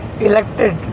elected